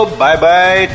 bye-bye